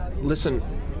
Listen